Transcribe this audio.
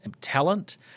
talent